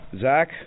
Zach